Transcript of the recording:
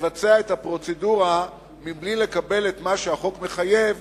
נבצע את הפרוצדורה בלי לקבל את מה שהחוק מחייב,